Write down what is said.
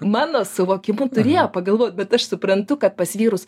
mano suvokimu turėjo pagalvot bet aš suprantu kad pas vyrus